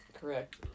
correct